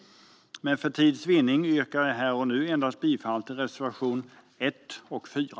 Men för tids vinnande yrkar jag här och nu bifall endast till reservationerna 1 och 4.